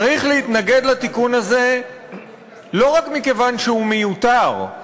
צריך להתנגד לתיקון הזה לא רק מכיוון שהוא מיותר,